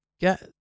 get